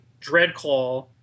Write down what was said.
Dreadclaw